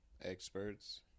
experts